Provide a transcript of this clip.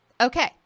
okay